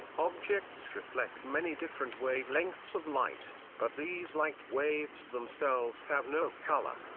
objects reflect many different wavelengths of light, but these light waves themselves have no color.